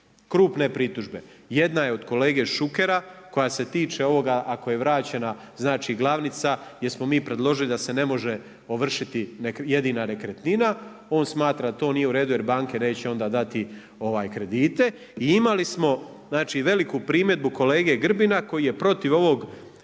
krupne pritužbe. Jedna je od kolege Šukera koja se tiče ovoga ako je vraćena, znali glavnica gdje smo mi predložili da se ne može ovršiti jedina nekretnina, on smatra to nije u redu jer banke neće onda dati kredite, i imali smo znači veliku primjedbu kolege Grbina koji je protiv ovog